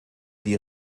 die